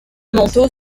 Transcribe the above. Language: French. montaut